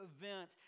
event